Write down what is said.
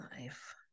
life